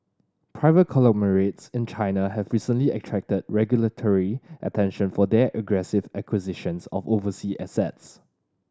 private conglomerates in China have recently attracted regulatory attention for their aggressive acquisitions of overseas assets